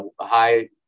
high